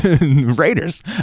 Raiders